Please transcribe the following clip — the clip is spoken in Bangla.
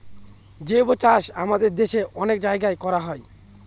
জৈবচাষ আমাদের দেশে অনেক জায়গায় করা হয়